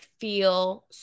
feel